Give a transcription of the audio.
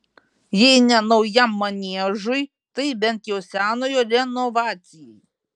jei ne naujam maniežui tai bent jau senojo renovacijai